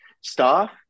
staff